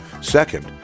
Second